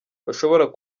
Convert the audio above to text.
bashobora